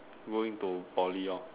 going to Poly hor